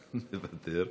מוותר,